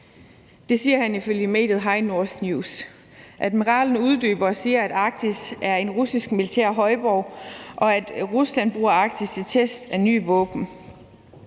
og Kinas side er bekymrende. Admiralen uddyber og siger, at Arktis er en russisk militær højborg, og at Rusland bruger Arktis til test af nye våben.